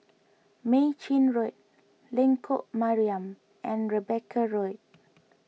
Mei Chin Road Lengkok Mariam and Rebecca Road